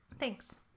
thanks